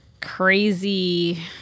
crazy